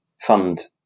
fund